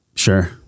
sure